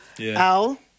al